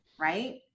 right